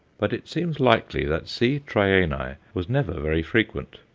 but it seems likely that c. trianae was never very frequent,